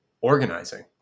organizing